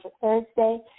Thursday